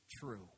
true